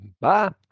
Bye